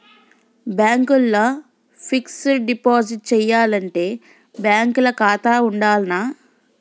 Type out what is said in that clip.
Bank ల fixed deposit చేయాలంటే bank ల ఖాతా ఉండాల్నా?